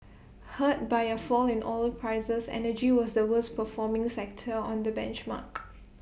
hurt by A fall in oil prices energy was the worst performing sector on the benchmark